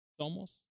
Somos